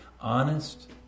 honest